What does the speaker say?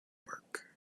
park